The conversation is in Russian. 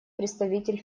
представитель